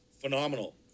phenomenal